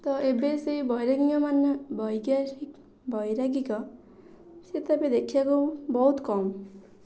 ତ ଏବେ ସେହି ବୈରାଗୀମାନେ ବୈରାଗୀକ ସେ ତ ଏବେ ଦେଖିବାକୁ ବହୁତ କମ୍